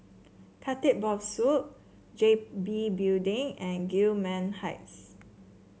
Khatib Bongsu G B Building and Gillman Heights